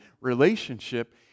relationship